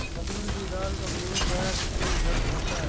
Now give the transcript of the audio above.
मसूर की दाल का प्रयोग प्रायः प्रत्येक घर में होता है